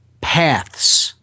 paths